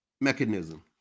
mechanism